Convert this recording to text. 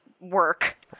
work